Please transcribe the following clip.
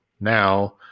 now